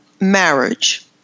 marriage